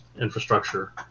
infrastructure